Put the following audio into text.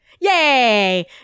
Yay